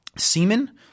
semen